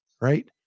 Right